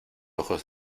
ojos